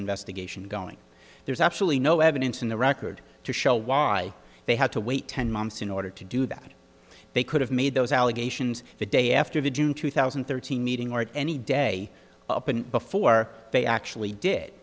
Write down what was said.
investigation going there's actually no evidence in the record to show why they had to wait ten months in order to do that they could have made those allegations the day after the june two thousand and thirteen meeting or at any day up and before they actually did